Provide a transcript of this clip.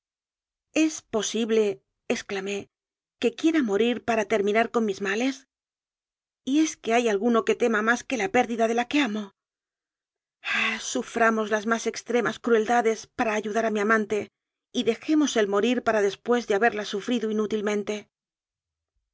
re solución es posibleexclaméque quiera mo rir para terminar con mis males y es que hay alguno que tema más que la pérdida de la que amo jah suframos las más extremas cruelda des para ayudar a mi amante y dejemos el mo rir para después de haberlas sufrido inútilmente